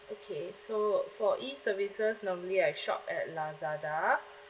okay so for E services normally I shop at lazada